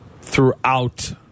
throughout